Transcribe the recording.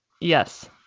Yes